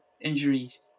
injuries